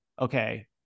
okay